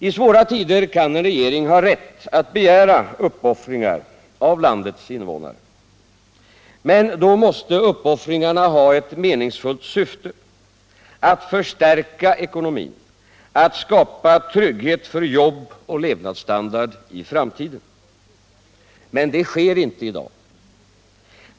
I svåra tider kan en regering ha rätt att begära uppoffringar av landets medborgare. Men då måste uppoffringarna ha ett meningsfullt syfte — att förstärka ekonomin, att skapa trygghet för jobb och levnadsstandard i framtiden. Men det sker inte i dag.